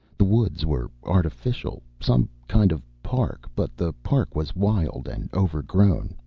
the woods were artificial. some kind of park. but the park was wild and overgrown.